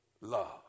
love